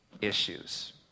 issues